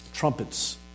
Trumpets